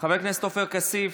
חבר הכנסת עופר כסיף,